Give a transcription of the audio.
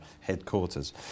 headquarters